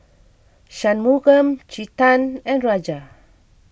Shunmugam Chetan and Raja